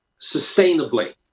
sustainably